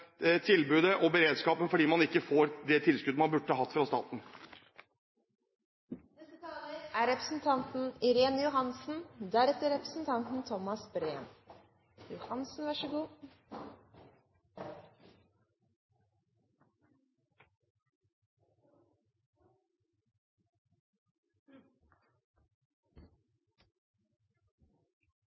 tilbudet og beredskapen fordi man ikke får det tilskuddet man burde hatt fra staten.